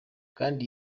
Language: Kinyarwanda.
kandi